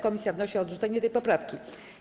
Komisja wnosi o odrzucenie tej poprawki.